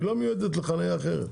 היא לא מיועדת לחנייה אחרת.